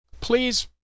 Please